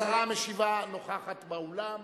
השרה המשיבה נוכחת באולם.